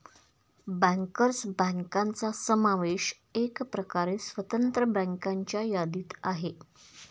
bankers बँकांचा समावेश एकप्रकारे स्वतंत्र बँकांच्या यादीत आहे